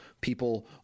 people